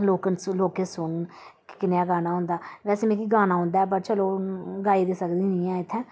ते लोक न लोकें सुनन कि कनेहा गाना होंदा ते बैसे मिगी गाना औंदा ऐ ते चलो गाई ते सकदी निं ऐ इ'त्थें